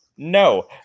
no